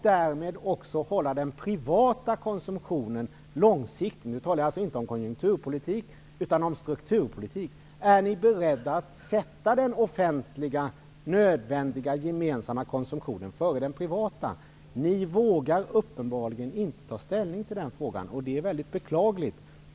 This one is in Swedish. Jag talar nu inte om konjunkturpolitik utan om strukturpolitik. Är ni beredda att sätta den offentliga, nödvändiga gemensamma konsumtionen före den privata? Ni vågar uppenbarligen inte ta ställning till den frågan, och det är mycket beklagligt.